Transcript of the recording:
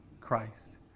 Christ